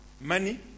Money